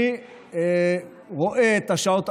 אני רואה את השעות,